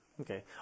Okay